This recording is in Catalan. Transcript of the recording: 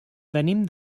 venim